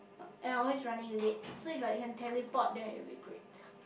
and I am always running late so if I can teleport then it will be great